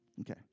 Okay